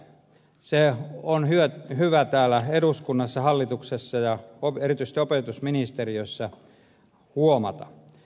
se on hyvä täällä eduskunnassa hallituksessa ja erityisesti opetusministeriössä huomata